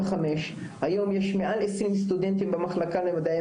יש כאלה שהם 'בוא נחשוב עוד פעם,